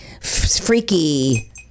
Freaky